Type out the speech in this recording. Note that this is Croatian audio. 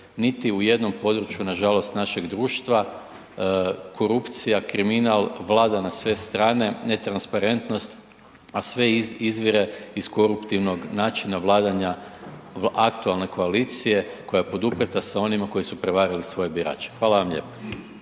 niti u jednom području nažalost našeg društva. Korupcija, kriminal vlada na sve strane, netransparentnost, a sve izvire iz koruptivnog načina vladanja aktualne koalicije koja je poduprijeta sa onima koji su prevarili svoje birače. Hvala vam lijepa.